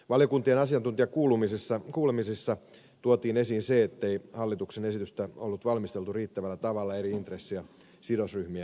valiokuntien asiantuntijakuulemisissa tuotiin esiin se ettei hallituksen esitystä ollut valmisteltu riittävällä tavalla eri intressi ja sidosryhmien kanssa